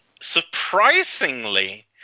surprisingly